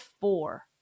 four